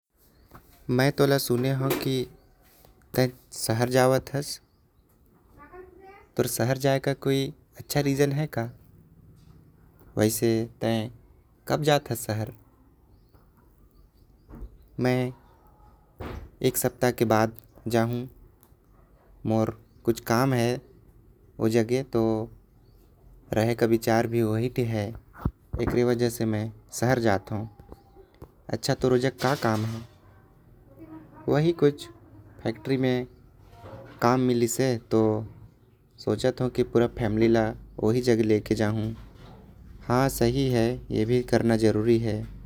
मै तोला सुने हो की ते शहर जाथ हस तोर शहर जाये। के कोई अच्छा रीजन है का वैसे ते कब जाथ। हस शहर मै एक सप्ताह के बाद जाहु मोर कुछ जरुरी काम है। ओ जगहे तो रहे के विचार ओहि ठे है एकरे। वजह से मै शहर जाथ हु अच्छा थोर ओ जग का काम है। वही एक फैक्ट्री में काम मिलल है। तो सोचत हो की पूरा फेमली के ओ ही कथि ले जाहु हाँ ठीक ही है।